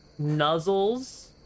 nuzzles